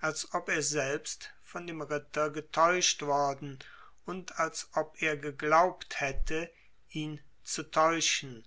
als ob er selbst von dem ritter getäuscht worden und als ob er geglaubt hätte ihn zu täuschen